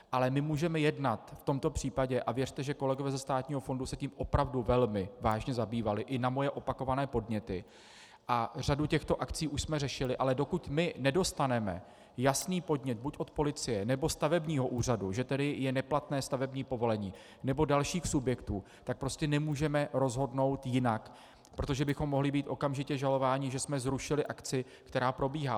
Ale my můžeme jednat v tomto případě, a věřte, že kolegové ze státního fondu se tím opravdu velmi vážně zabývali i na moje opakované podněty a řadu těchto akcí už jsme řešili, ale dokud nedostaneme jasný podnět buď od policie, nebo stavebního úřadu, že je neplatné stavební povolení, nebo dalších subjektů, tak prostě nemůžeme rozhodnout jinak, protože bychom mohli být okamžitě žalováni, že jsme zrušili akci, která probíhá.